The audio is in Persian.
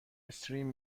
استریم